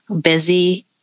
busy